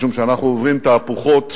משום שאנחנו עוברים תהפוכות